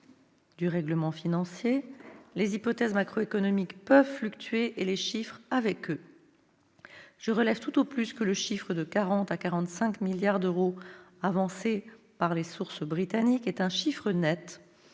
du règlement financier. Les hypothèses macroéconomiques peuvent fluctuer, et les chiffres avec elles. Je relève tout au plus que le chiffre de 40 à 45 milliards d'euros, avancé par diverses sources britanniques, est un montant net,